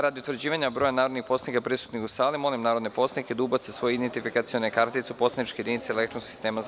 Radi utvrđivanja broja narodnih poslanika prisutnih u sali, molim narodne poslanike da ubace svoje identifikacione kartice u poslaničke jedinice elektronskog sistema za